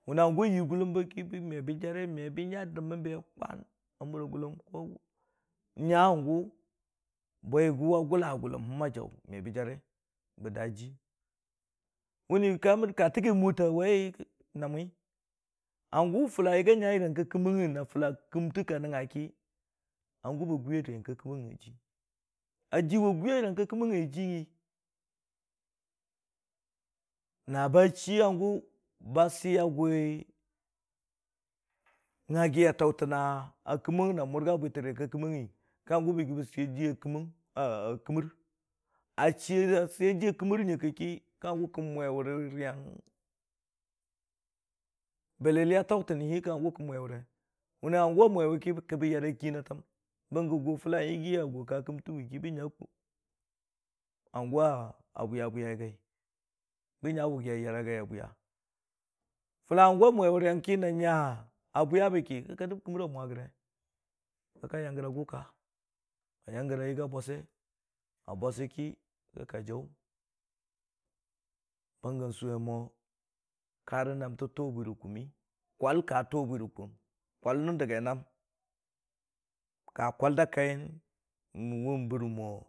Wʊni hangʊ a yii gʊlləm bə ki, me bə jare, me bə nya a dəmmən bee kwan a mura gʊlləm, bə nya hangʊ bwaigʊ a gʊlla gʊlləm hə a jaʊ, me bə jare, məni ka tɨgai mɨtɨ a wai naa mi hangu a fʊla yiigi a nya riiyang ka kəməng na kəmtə ka nəngnga ki, hangʊ ba gwiya riiyang ka kəməngəng a jiiwa gwiya riiyang ka kəməgəm a jiiyʊ, na ba chii hangʊ ba sʊya gwa haggi a taʊtənna kəməng na mʊrga bwi tən riiyang ka kə hangʊ bə yigi bə sei a jiiya kəməng, ah kəmər a chii a seiya jii a kəmər nyəng kə ki, kə hangʊ kə mwe wʊri riiyang, bəlləlle a taʊ tən ni kə hangʊ kə mwe wʊri, wʊ ni hangʊ a mwe ki, bə yare gəra təm, bəngi gʊ fulo yigi a gʊ ka kəmtə wi ki bən nya hangʊ a bwiya bwiyai a gai, bə nya wʊgi a yara gai a bwiya. Fʊla hangʊ a mwe riiyang ki na nya a bwiya bə ki, ka dəb kəmər a mwa gəre kə ka yang gəra gʊ ka, ka yang a yigi a bose, a bose ki ka jaʊ. Bəng gə, n'sʊwe mo, ka rə naamtə too bwi rə kʊmmi. Kwal ka too bwi rə kum, Kwal nən dagi naam ka kwal da kaiyən wʊ bərə mo.